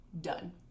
done